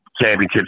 championship